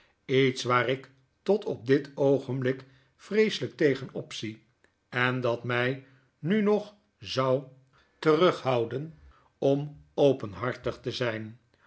iets waar ik tot op dit oogenblik vreeselijk tegen op zie en dat my nu nog zou terughouden om openhartig te zyn